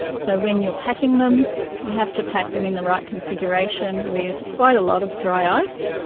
so when you are packing them you have to pack them in the right configurations with quite a lot of dry ice,